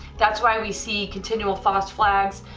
that's why we see continual false flags,